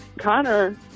Connor